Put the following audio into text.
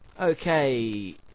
Okay